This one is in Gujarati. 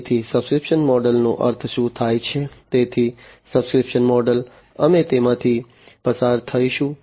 તેથી સબ્સ્ક્રિપ્શન મોડલ નો અર્થ શું થાય છે તેથી સબ્સ્ક્રિપ્શન મૉડલ અમે તેમાંથી પસાર થઈશું